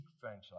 franchise